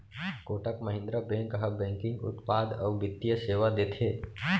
Kotak Mahindra bank ह banking उत्पाद अउ बित्तीय सेवा देथे